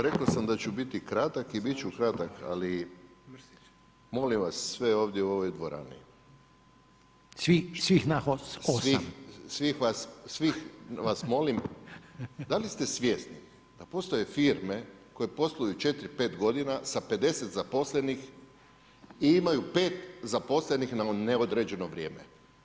Rekao sam da ću biti kratak i bit ću kratak, ali molim vas sve ovdje u ovoj dvorani [[Upadica Reiner: Svih nas 8.]] Svih vas molim, da li ste svjesni da postoje firme koje posluju 4, 5 godina sa 50 zaposlenih i imaju 5 zaposlenih na neodređeno vrijeme?